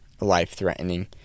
life-threatening